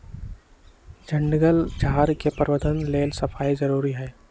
जङगल झार के प्रबंधन लेल सफाई जारुरी हइ